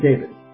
David